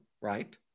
right